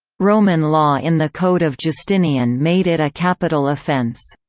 roman law in the code of justinian made it a capital offense.